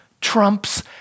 trumps